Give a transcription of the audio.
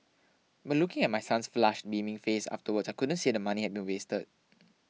but looking at my son's flushed beaming face afterwards I couldn't say the money had been wasted